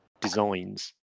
designs